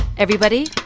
everybody,